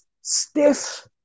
stiff